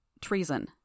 treason